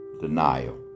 denial